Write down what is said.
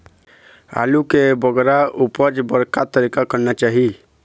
आलू के बगरा उपज बर का तरीका करना चाही?